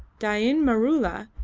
dain maroola,